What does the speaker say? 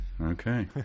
Okay